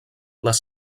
les